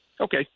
Okay